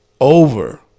over